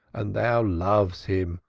and thou lovest him,